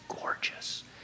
gorgeous